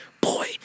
boy